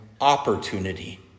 opportunity